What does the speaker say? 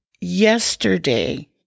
Yesterday